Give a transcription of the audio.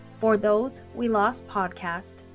forthosewelostpodcast